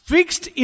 Fixed